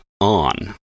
on